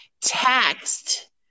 taxed